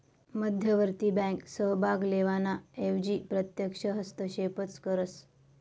मध्यवर्ती बँक सहभाग लेवाना एवजी प्रत्यक्ष हस्तक्षेपच करस